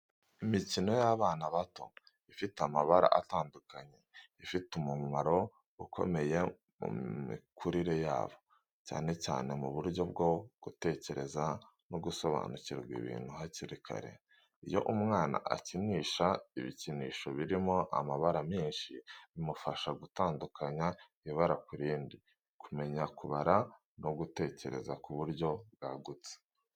Imikino y’abana bato ifite amabara atandukanye ifite umumaro ukomeye mu mikurire yabo, cyane cyane mu buryo bwo gutekereza no gusobanukirwa ibintu hakiri kare. Iyo umwana akinisha ibikinisho birimo amabara menshi, bimufasha gutandukanya ibara ku rindi, kumenya kubara, no gutekereza ku buryo bwagutse.